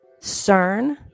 CERN